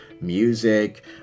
music